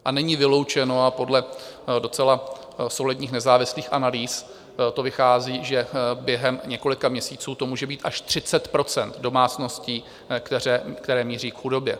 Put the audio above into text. A není vyloučeno, a podle docela solidních nezávislých analýz to vychází, že během několika měsíců to může být až 30 % domácností, které míří k chudobě.